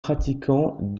pratiquant